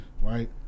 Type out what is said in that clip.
Right